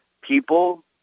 people